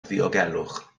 ddiogelwch